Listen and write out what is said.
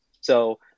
So-